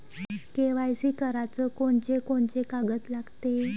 KYC कराच कोनचे कोनचे कागद लागते?